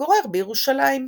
להתגורר בירושלים.